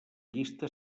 llista